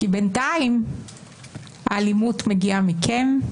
כי בינתיים האלימות מגיעה מכם,